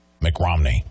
McRomney